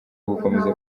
gukomeza